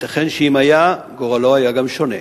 וייתכן שאם היה, גורלו גם היה שונה.